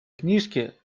книжке